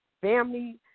family